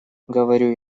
говорю